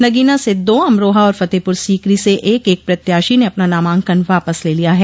नगीना से दो अमरोहा और फतेहपुर सीकरी से एक एक प्रत्याशी ने अपना नामांकन वापस ले लिया है